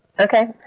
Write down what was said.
Okay